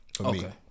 Okay